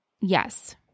yes